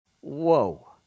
Whoa